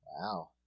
wow